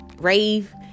rave